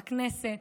בכנסת,